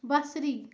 بصری